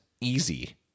easy